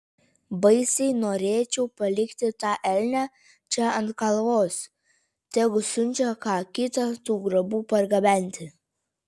baisiai norėčiau palikti tą elnią čia ant kalvos tegu siunčia ką kitą tų grobų pargabenti